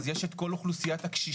אז יש את כל אוכלוסיית הקשישים,